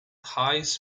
hayes